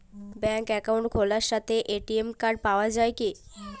ব্যাঙ্কে অ্যাকাউন্ট খোলার সাথেই এ.টি.এম কার্ড পাওয়া যায় কি?